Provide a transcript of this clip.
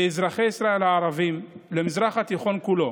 לאזרחי ישראל הערבים, למזרח התיכון כולו